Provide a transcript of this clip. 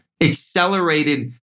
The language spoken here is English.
accelerated